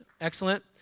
Excellent